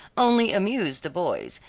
only amused the boys,